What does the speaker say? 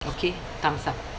okay time's up